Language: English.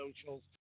socials